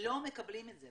לא מקבלים את זה.